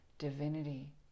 divinity